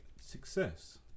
success